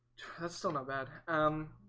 that still not bad um